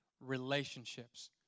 relationships